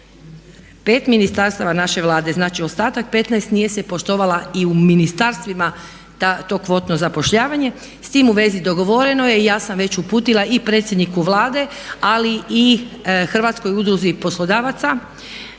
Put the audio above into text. ministarstava naše Vlade. Znači, ostatak 15 nije se poštovala i u ministarstvima to kvotno zapošljavanje. S tim u vezi dogovoreno je i ja sam već uputila i predsjedniku Vlade, ali i Hrvatskoj udruzi poslodavaca